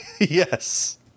Yes